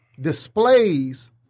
displays